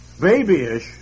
Babyish